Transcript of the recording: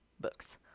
books